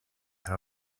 how